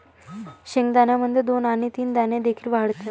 शेंगदाण्यामध्ये दोन आणि तीन दाणे देखील आढळतात